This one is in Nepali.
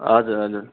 हजुर हजुर